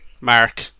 Mark